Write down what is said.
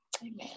Amen